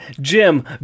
Jim